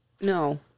No